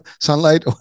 sunlight